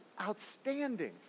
outstanding